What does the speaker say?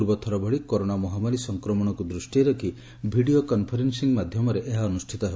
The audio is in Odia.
ପୂର୍ବଥର ଭଳି କରୋନା ମହାମାରୀ ସଂକ୍ରମଣକୁ ଦୃଷ୍ଟିରେ ରଖ୍ ଭିଡ଼ିଓ କନ୍ଫରେନ୍ପିଂ ମାଧ୍ଧମରେ ଏହା ଅନୁଷିତ ହେବ